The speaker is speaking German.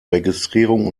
registrierung